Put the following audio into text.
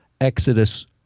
Exodus